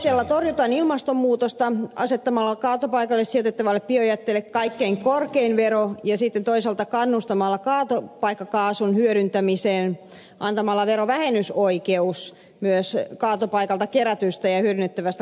aloitteella torjutaan ilmastonmuutosta asettamalla kaatopaikalle sijoitettavalle biojätteelle kaikkein korkein vero ja sitten toisaalta kannustamalla kaatopaikkakaasun hyödyntämiseen antamalla verovähennysoikeus myös kaatopaikalta kerätystä ja hyödynnettävästä kaasusta